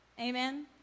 Amen